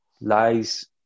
Lies